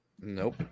Nope